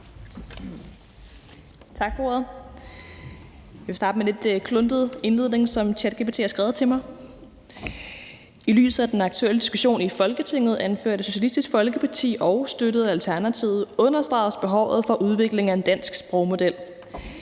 Tak for ordet. Jeg vil starte med en lidt kluntet indledning, som ChatGPT har skrevet til mig: I lyset af den aktuelle diskussion i Folketinget anført af Socialistisk Folkeparti og støttet af Alternativet understregedes behovet for udvikling af en dansk sprogmodel.